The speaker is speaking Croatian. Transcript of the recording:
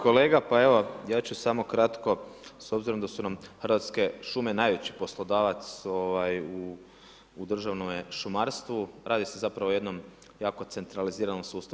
Evo, kolega pa evo ja ću samo kratko, s obzirom da su nam Hrvatske šume najveći poslodavac u državnom šumarstvu radi se zapravo o jednom jako centraliziranom sustavu.